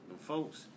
folks